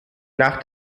nach